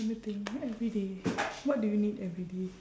let me think every day what do you need every day